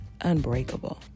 Unbreakable